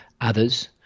others